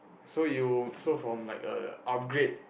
so you so from like a upgrade